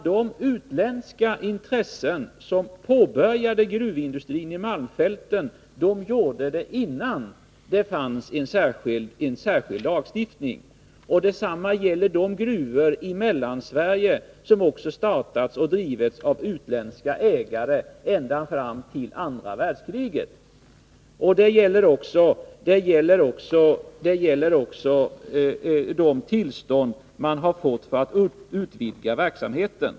De utländska intressen som påbörjade gruvindustrin i malmfälten gjorde det innan det fanns en särskild lagstiftning. Detsamma gäller de gruvor i Mellansverige som också har startats och drivits av utländska ägare ända fram till andra världskriget. Det gäller också de tillstånd som man har fått för att utvidga verksamheten.